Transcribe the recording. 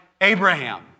Abraham